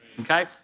okay